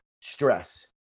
stress